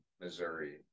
Missouri